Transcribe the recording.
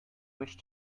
wish